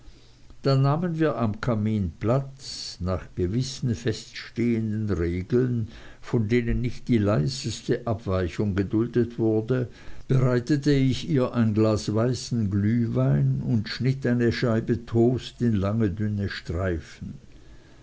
dann nahmen wir am kamin platz nach gewissen feststehenden regeln von denen nicht die leiseste abweichung geduldet wurde bereitete ich ihr ein glas weißen glühwein und schnitt eine scheibe toast in lange dünne streifen